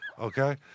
okay